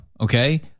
Okay